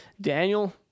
Daniel